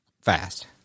fast